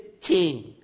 king